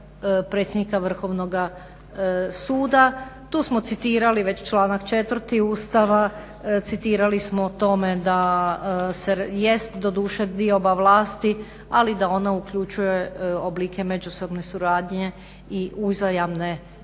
predsjednika Vrhovnoga suda. Tu smo citirali već članak 4. Ustava, citirali smo o tome da se jest doduše dioba vlasti ali da ona uključuje oblike međusobne suradnje i uzajamne